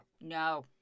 No